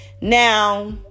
Now